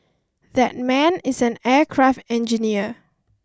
that man is an aircraft engineer